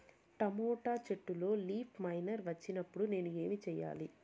Tomato చెట్టులో leaf miner వచ్చినప్పుడు నేను ఏమి చెయ్యాలి?